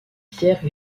pierre